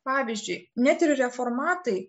pavyzdžiui net ir reformatai